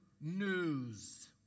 news